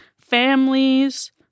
families